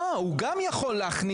לא, הוא גם יכול להכניס